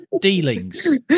dealings